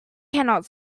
cannot